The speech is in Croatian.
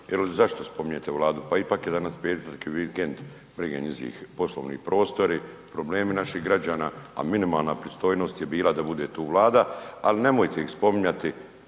zašto spominjete Vladu, pa ipak je danas petak i vikend, briga njizih poslovni prostori, problemi naših građana, a minimalna pristojnost je bila da tu bude Vlada, al nemojte ih spominjati,